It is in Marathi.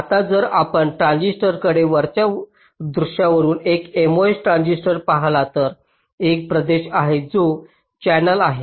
आता जर आपण ट्रान्झिस्टरकडे वरच्या दृश्यावरून एक MOS ट्रान्झिस्टर पहाल तर एक प्रदेश आहे जो चॅनेल आहे